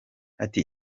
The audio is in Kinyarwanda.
ati